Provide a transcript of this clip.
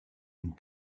une